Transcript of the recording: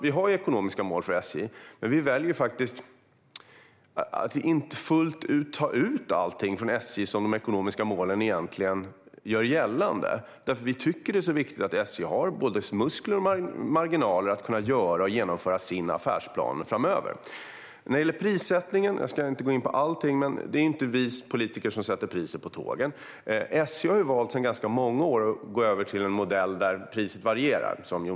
Vi har ekonomiska mål för SJ, men vi väljer att inte ta ut allt som de ekonomiska målen gör gällande. Vi tycker att det är viktigt att SJ har både muskler och marginaler att kunna genomföra sin affärsplan framöver. Vad gäller prissättningen ska jag inte gå in på allt, men det är inte vi politiker som sätter biljettpriset. Som Jonas Sjöstedt vet har SJ sedan ganska många år en modell där priset varierar.